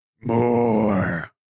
More